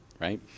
right